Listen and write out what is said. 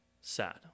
Sad